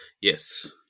Yes